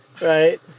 right